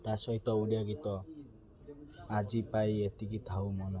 ତା' ସହିତ ଓଡ଼ିଆ ଗୀତ ଆଜି ପାଇଁ ଏତିକି ଥାଉ ମନେ